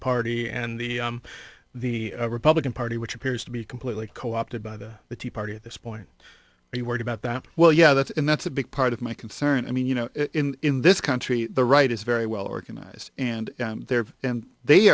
party and the the republican party which appears to be completely co opted by the the tea party at this point are you worried about that well yeah that's and that's a big part of my concern i mean you know in this country the right is very well organized and there and they